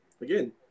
Again